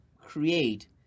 create